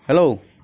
hello